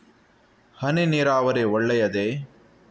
ಹನಿ ನೀರಾವರಿ ಒಳ್ಳೆಯದೇ?